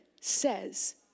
says